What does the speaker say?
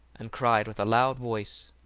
and cried with a loud voice,